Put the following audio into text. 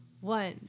one